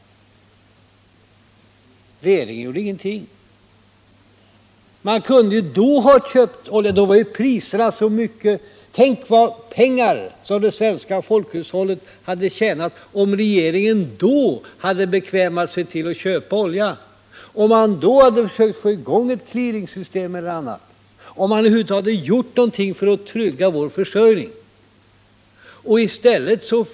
Men regeringen gjorde då — när oljepriserna var mycket lägre — ingenting. Tänk hur mycket pengar det svenska folkhushållet hade tjänat, om regeringen då hade bekvämat sig till att köpa olja, om man då hade försökt få i gång ett clearingsystem eller någonting annat, om man över huvud taget hade gjort något för att trygga vår försörjning!